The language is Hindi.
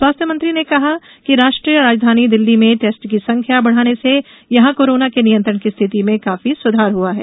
स्वास्थ्य मंत्री ने कहा कि राष्ट्रीय राजधानी दिल्ली में टेस्ट की संख्या बढ़ाने से यहां कोरोना के नियंत्रण की स्थिति में काफी सुधार हुआ है